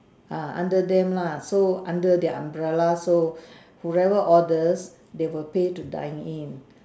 ah under them lah so under the umbrella so whoever orders they will pay to dine in